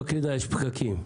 לא כדאי, יש פקקים.